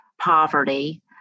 poverty